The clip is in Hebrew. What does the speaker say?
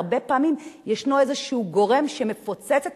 והרבה פעמים ישנו איזשהו גורם שמפוצץ את